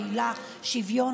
בעילה של שוויון,